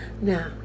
Now